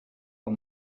for